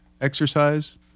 exercise